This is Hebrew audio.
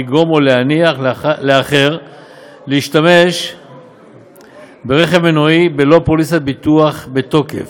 לגרום או להניח לאחר להשתמש ברכב מנועי בלא פוליסת ביטוח בתוקף.